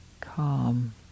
calm